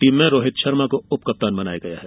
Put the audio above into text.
team में रोहित शर्मा को उप कप्तान बनाया गया है